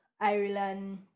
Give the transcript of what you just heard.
Ireland